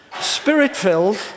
Spirit-filled